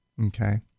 okay